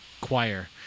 choir